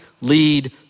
lead